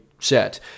set